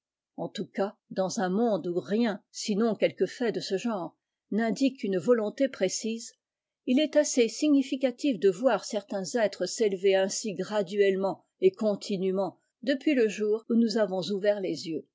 en tout cas dans un monde où rien sinon quelques faits de ce genre n'indique une volonté précise il est assez significatif de voir certains êtres s'élev ainsi graduellement et continûment depu le jour où nous avons ouvert les yeux